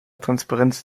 transparenz